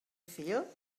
feel